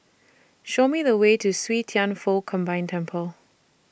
Show Me The Way to See Thian Foh Combined Temple